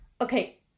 Okay